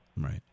Right